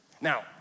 Now